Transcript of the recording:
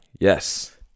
yes